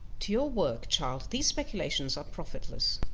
to your work, child, these speculations are profitless.